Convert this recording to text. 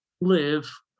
live